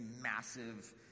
massive